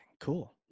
cool